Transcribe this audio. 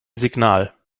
signal